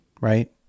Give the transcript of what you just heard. right